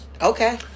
Okay